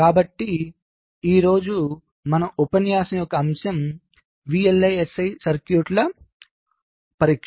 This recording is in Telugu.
కాబట్టి ఈ రోజు మన ఉపన్యాసం యొక్క అంశం VLSI సర్క్యూట్ల పరీక్ష